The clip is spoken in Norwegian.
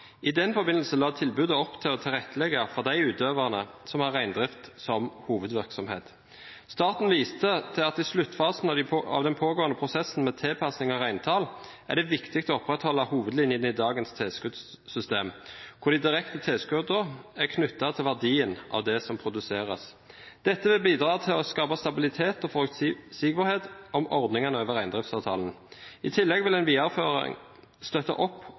I den forbindelse la tilbudet opp til å tilrettelegge for de utøverne som har reindrift som hovedvirksomhet. Staten viste til at i sluttfasen av den pågående prosessen med tilpasning av reintall er det viktig å opprettholde hovedlinjene i dagens tilskuddssystem, hvor de direkte tilskuddene er knyttet til verdien av det som produseres. Dette vil bidra til å skape stabilitet og forutsigbarhet om ordningene over reindriftsavtalen. I tillegg vil en videreføring støtte opp